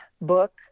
book